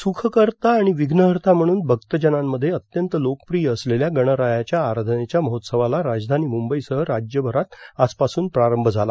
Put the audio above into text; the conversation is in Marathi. सुखकर्ता आणि विघ्नहर्ता म्हणून भक्तजनांमध्ये अत्यंत लोकप्रिय असलेल्या गणरायाच्या आराधनेच्या महोत्सवाला राजधानी मुंबईसह राज्यभरात आजपासून प्रारंभ झाला